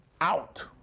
out